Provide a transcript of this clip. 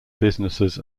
businesses